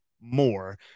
more